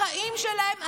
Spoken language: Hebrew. החיים שלהם,